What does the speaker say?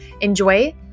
enjoy